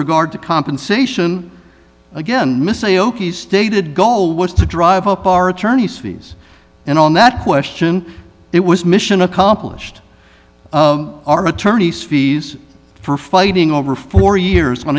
regard to compensation again miss aoki stated goal was to drive up our attorney's fees and on that question it was mission accomplished our attorneys fees for fighting over four years when